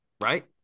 Right